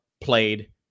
played